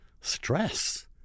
stress